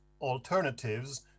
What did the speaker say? alternatives